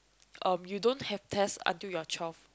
um you don't have test until you are twelve